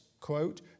Quote